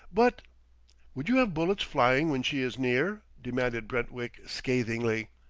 but would you have bullets flying when she is near? demanded brentwick scathingly.